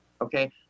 Okay